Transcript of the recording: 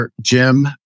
Jim